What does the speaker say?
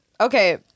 Okay